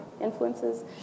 influences